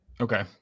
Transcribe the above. Okay